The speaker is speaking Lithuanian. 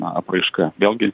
na apraiška vėlgi